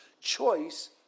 choice